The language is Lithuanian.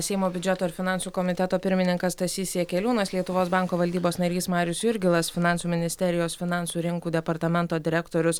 seimo biudžeto ir finansų komiteto pirmininkas stasys jakeliūnas lietuvos banko valdybos narys marius jurgilas finansų ministerijos finansų rinkų departamento direktorius